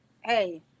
Hey